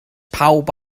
pawb